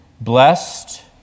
Blessed